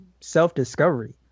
self-discovery